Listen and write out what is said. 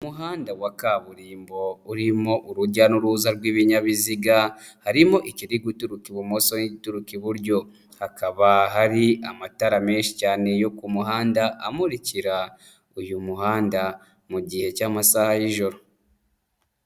Umuhanda wa kaburimbo urimo urujya n'uruza rw'ibinyabiziga, harimo ikiri guturuka ibumoso n'igituruka iburyo. Hakaba hari amatara menshi cyane yo ku muhanda amurikira uyu muhanda, mu gihe cy'amasaha y'ijoro.